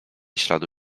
śladu